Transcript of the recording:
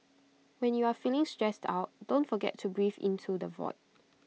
when you are feeling stressed out don't forget to breathe into the void